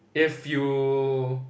if you